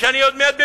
שאני עוד מעט במרצ.